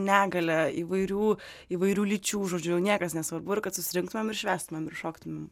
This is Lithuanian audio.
negalia įvairių įvairių lyčių žodžiu niekas nesvarbu ir kad susirinktumėm švęstumėm ir šoktumėm